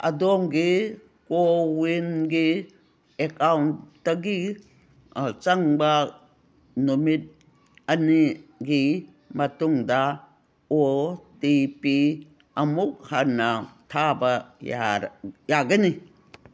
ꯑꯗꯣꯝꯒꯤ ꯀꯣꯋꯤꯟꯒꯤ ꯑꯦꯀꯥꯎꯟꯇꯒꯤ ꯆꯪꯕ ꯅꯨꯃꯤꯠ ꯑꯅꯤꯒꯤ ꯃꯇꯨꯡꯗ ꯑꯣ ꯇꯤ ꯄꯤ ꯑꯃꯨꯛ ꯍꯟꯅ ꯊꯥꯕ ꯌꯥꯒꯅꯤ